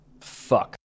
Fuck